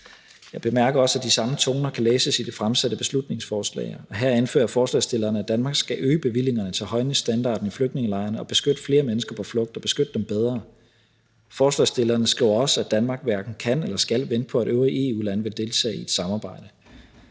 Jeg bemærker også, at de samme toner kan læses i det fremsatte beslutningsforslag, og her anfører forslagsstillerne, at Danmark skal øge bevillingerne til at højne standarden i flygtningelejrene og beskytte flere mennesker på flugt og beskytte dem bedre. Forslagsstillerne skriver også, at Danmark hverken kan eller skal vente på, at øvrige EU-lande vil deltage i et samarbejde.